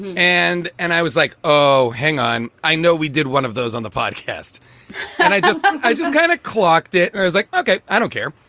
and and i was like, oh, hang on. i know we did one of those on the podcast and i just so i just kind of clocked it and i was like, ok, i don't care.